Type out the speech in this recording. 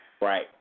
right